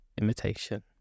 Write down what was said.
imitation